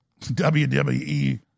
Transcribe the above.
WWE